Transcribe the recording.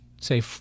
say